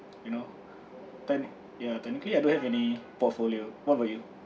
you know techn~ ya technically I don't have any portfolio what about you